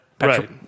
Right